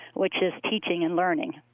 which is teaching and learning.